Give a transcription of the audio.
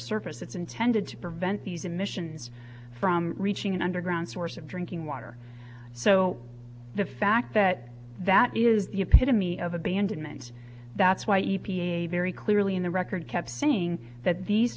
surface it's intended to prevent these emissions from reaching an underground source of drinking water so the fact that that is the epitome of abandonment that's why e p a very clearly on the record kept saying that these